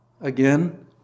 again